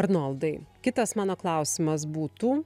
arnoldai kitas mano klausimas būtų